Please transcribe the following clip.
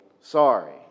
sorry